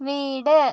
വീട്